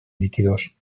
líquidos